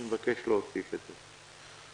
אני מבקש להוסיף את זה.